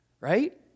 right